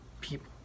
people